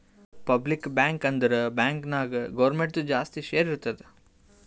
public bank ಅಂದುರ್ bank ನಾಗ್ ಗೌರ್ಮೆಂಟ್ದು ಜಾಸ್ತಿ ಶೇರ್ ಇರ್ತುದ್